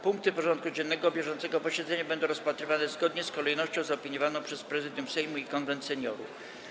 Punkty porządku dziennego bieżącego posiedzenia będą rozpatrywane zgodnie z kolejnością zaopiniowaną przez Prezydium Sejmu i Konwent Seniorów.